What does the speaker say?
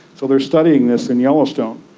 so they are studying this in yellowstone.